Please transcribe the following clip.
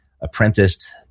apprenticed